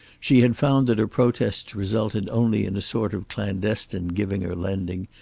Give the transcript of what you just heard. she had found that her protests resulted only in a sort of clandestine giving or lending,